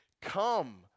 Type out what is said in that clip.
Come